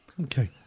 Okay